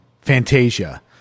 Fantasia